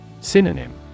Synonym